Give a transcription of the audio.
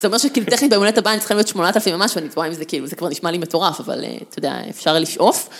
זה אומר שטכנית ביומהולדת הבאה נצטרך להיות שמונת אלפים ומשהו ואני תוהה אם זה כאילו, זה כבר נשמע לי מטורף, אבל אתה יודע, אפשר לשאוף.